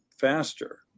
faster